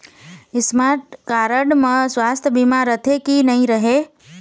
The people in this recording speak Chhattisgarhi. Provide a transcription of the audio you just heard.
स्मार्ट कारड म सुवास्थ बीमा रथे की नई रहे?